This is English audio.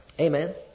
Amen